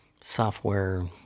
software